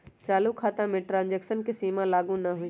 चालू खता में ट्रांजैक्शन के सीमा लागू न होइ छै